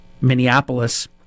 Minneapolis